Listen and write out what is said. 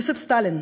יוסף סטלין,